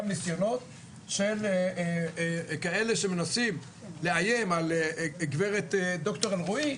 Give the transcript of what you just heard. ניסיונות של כאלה שמנסים לאיים על גברת ד"ר אלרועי,